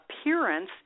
appearance